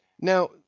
Now